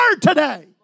today